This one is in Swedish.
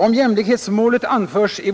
Om jämlikhetsmålet anförs i